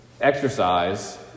exercise